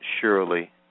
surely